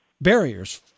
barriers